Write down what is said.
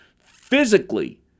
physically